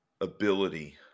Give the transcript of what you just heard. ability